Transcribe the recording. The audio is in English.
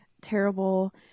terrible